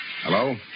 Hello